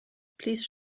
please